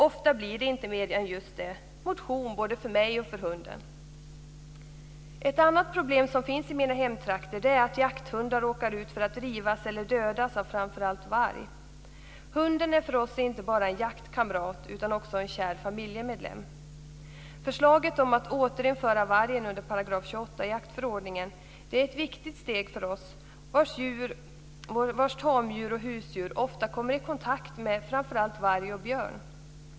Ofta blir det inte mer än just det: motion både för mig själv och hunden. Ett annat problem som finns i mina hemtrakter är att jakthundar råkar ut för att rivas eller dödas av framför allt varg. Hunden är för oss inte bara en jaktkamrat utan också en kär familjemedlem. Förslaget om att återinföra vargen under 28 § i jaktförordningen är ett viktigt steg för oss vars tamdjur och husdjur ofta kommer i kontakt med framför allt varg och björn.